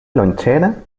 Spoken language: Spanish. lonchera